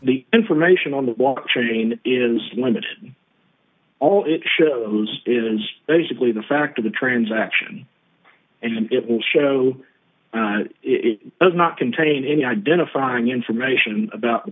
the information on the wall chain is limited all it shows is basically the fact of the transaction and it will show it does not contain any identifying information about